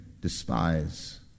despise